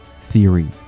theory